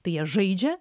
tai jie žaidžia